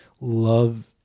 love